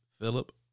Philip